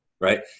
Right